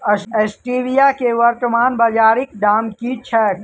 Stevia केँ वर्तमान बाजारीक दाम की छैक?